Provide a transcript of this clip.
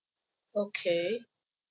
okay